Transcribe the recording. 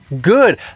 good